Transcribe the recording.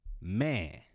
Man